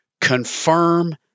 Confirm